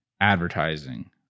advertising